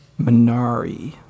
Minari